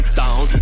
down